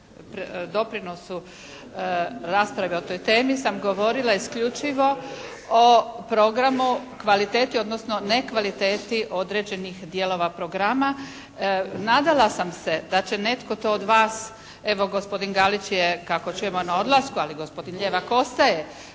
doprinosu, raspravi o toj temi sam govorila isključivo o programu, kvaliteti, odnosno ne kvaliteti određenih dijelova programa. Nadala sam se da će netko to od vas evo gospodin Galić je kako čujemo na odlasku, ali gospodin Ljevak ostaje,